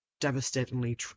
devastatingly